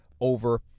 over